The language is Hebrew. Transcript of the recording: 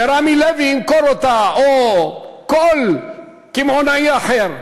ורמי לוי ימכור אותה, או כל קמעונאי אחר,